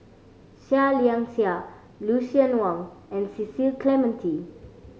Seah Liang Seah Lucien Wang and Cecil Clementi